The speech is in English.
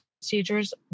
procedures